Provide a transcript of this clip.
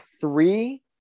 three